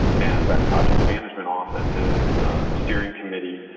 and that project management office is a steering commitee,